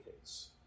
case